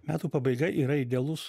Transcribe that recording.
metų pabaiga yra idealus